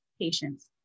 patients